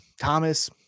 Thomas